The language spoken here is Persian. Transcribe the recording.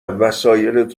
وسایلت